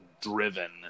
driven